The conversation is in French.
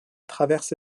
traverse